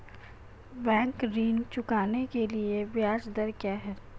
Bank ऋण चुकाने के लिए ब्याज दर क्या है?